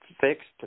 fixed